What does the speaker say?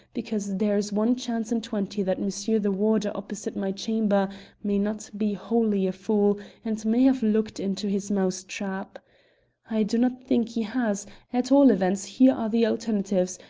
because there is one chance in twenty that monsieur the warder opposite my chamber may not be wholly a fool and may have looked into his mousetrap. i do not think he has at all events here are the alternatives,